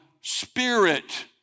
spirit